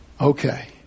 okay